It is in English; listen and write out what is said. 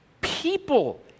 people